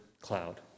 cloud